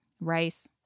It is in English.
rice